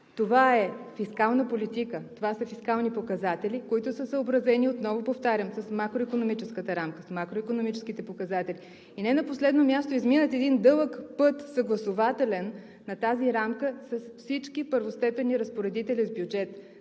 Това е фискална политика, това са фискални показатели, които са съобразени, отново повтарям, с макроикономическата рамка, с макроикономическите показатели. И не на последно място, изминат е един дълъг съгласувателен път на тази рамка с всички първостепенни разпоредители с бюджет.